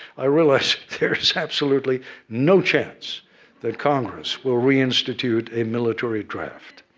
i realize there is absolutely no chance that congress will reinstitute a military draft.